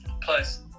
plus